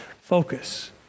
focus